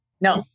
No